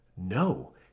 No